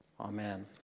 Amen